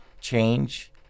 change